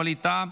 ווליד טאהא,